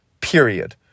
Period